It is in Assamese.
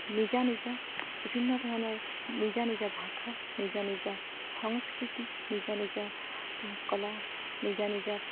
নিজা নিজা বিভিন্ন ধৰণৰ নিজা নিজা ভাষা নিজা নিজা সংস্কৃতি নিজৰ নিজৰ কলা নিজা নিজা